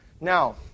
Now